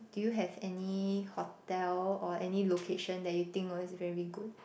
do you have any hotel or any location that you think was very good